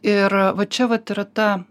ir va čia vat yra ta